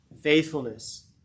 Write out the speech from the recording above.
faithfulness